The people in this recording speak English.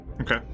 okay